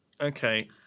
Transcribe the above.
Okay